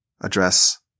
address